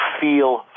feel